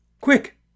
Quick